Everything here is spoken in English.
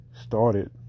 started